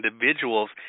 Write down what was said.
individuals